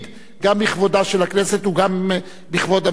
גם בכבודה של הכנסת וגם בכבוד הממשלה,